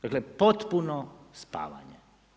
Dakle potpuno spavanje.